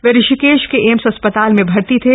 वे ऋषिकेश के एम्स असक्षताल में भर्ती थे